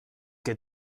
que